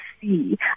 see